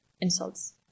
insults